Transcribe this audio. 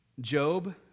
Job